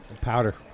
Powder